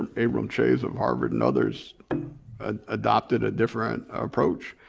abraham chayes of harvard and others ah adopted a different approach.